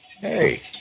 Hey